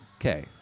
Okay